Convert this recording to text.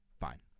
fine